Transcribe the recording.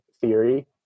theory